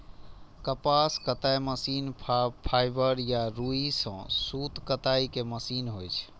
कपास कताइ machine fibre या रुइ सं सूत कताइ के मशीन होइ छै